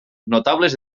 notables